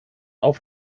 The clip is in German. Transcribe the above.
auf